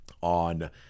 on